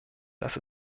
das